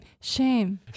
shame